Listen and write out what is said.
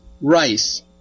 rice